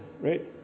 right